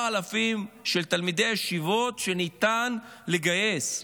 אלפים של תלמידי ישיבות שניתן לגייס.